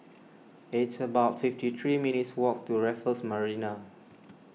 it's about fifty three minutes' walk to Raffles Marina